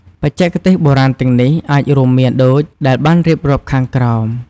បច្ចេកទេសបុរាណទាំងនេះអាចរួមមានដូចដែលបានរៀបរាប់ខាងក្រោម។